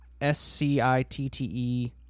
S-C-I-T-T-E